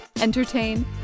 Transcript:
entertain